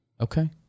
Okay